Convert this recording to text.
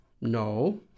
no